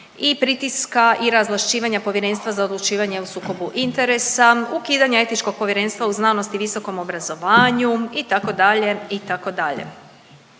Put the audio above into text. i pritiska i razvlašćivanja Povjerenstva za odlučivanje o sukobu interesa, ukidanje Etičkog povjerenstva u znanosti i visokom obrazovanju itd.,